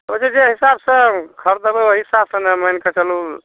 बुझिऔ जे हिसाबसे खरिदबै ओहि हिसाबसे ने मानिके चलू